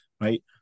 right